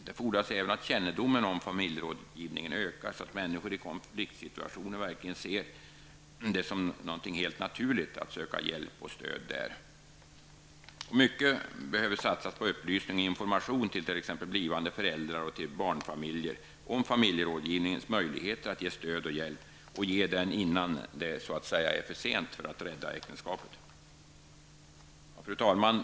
Det fordras även att kännedomen om familjerådgivningen ökar, så att människor i konfliktsituationer verkligen ser det som helt naturligt att söka hjälp och stöd där. Mycket behöver förmodligen satsas på upplysning och information, t.ex. till blivande föräldrar och barnfamiljer, om familjerådgivningens möjligheter att ge stöd och hjälp, och ge det innan det är försent att rädda äktenskapet. Fru talman!